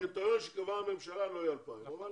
בקריטריונים שקבעה הממשלה לא יהיו אלפיים, אבל